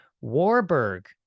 Warburg